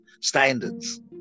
standards